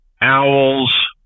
owls